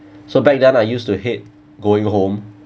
so back then I used to hate going home